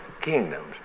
kingdoms